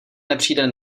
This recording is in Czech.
nepřijde